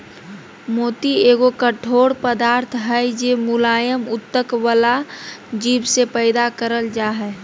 मोती एगो कठोर पदार्थ हय जे मुलायम उत्तक वला जीव से पैदा करल जा हय